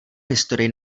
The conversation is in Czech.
historii